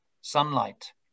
sunlight